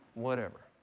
whatever.